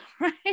right